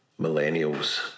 millennials